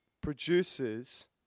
produces